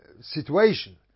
situation